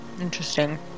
Interesting